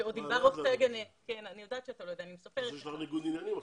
שעם ברוך טגניה --- אז יש לך ניגוד עניינים עכשיו...